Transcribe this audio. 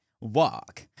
Walk